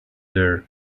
their